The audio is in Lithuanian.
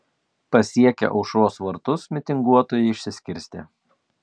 pasiekę aušros vartus mitinguotojai išsiskirstė